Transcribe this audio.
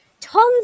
Tons